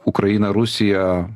ukraina rusija